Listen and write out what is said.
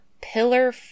Pillar